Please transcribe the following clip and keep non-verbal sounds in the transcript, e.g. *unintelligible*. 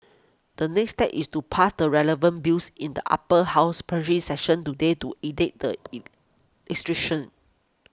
the next step is to pass the relevant Bills in the Upper House plenary session today to enact the *noise* *unintelligible*